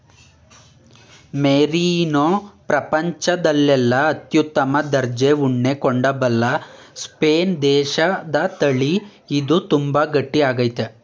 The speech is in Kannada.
ಮೆರೀನೋ ಪ್ರಪಂಚದಲ್ಲೆಲ್ಲ ಅತ್ಯುತ್ತಮ ದರ್ಜೆ ಉಣ್ಣೆ ಕೊಡಬಲ್ಲ ಸ್ಪೇನ್ ದೇಶದತಳಿ ಇದು ತುಂಬಾ ಗಟ್ಟಿ ಆಗೈತೆ